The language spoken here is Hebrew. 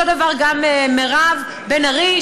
אותו דבר גם מירב בן ארי,